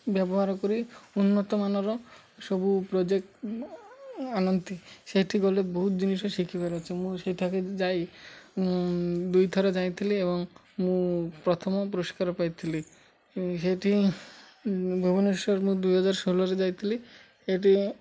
ବ୍ୟବହାର କରି ଉନ୍ନତମାନର ସବୁ ପ୍ରୋଜେକ୍ଟ ଆନନ୍ତି ସେଇଠି ଗଲେ ବହୁତ ଜିନିଷ ଶିଖିବାର ଅଛି ମୁଁ ସେଇଠାକେ ଯାଇ ଦୁଇ ଥର ଯାଇଥିଲି ଏବଂ ମୁଁ ପ୍ରଥମ ପୁରସ୍କାର ପାଇଥିଲି ହେଠି ଭୁବନେଶ୍ୱର ମୁଁ ଦୁଇହଜାର ଷୋହଳରେ ଯାଇଥିଲି ଏଠି